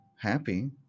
happy